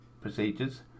procedures